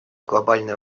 глобальной